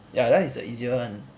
ya that one is the easier one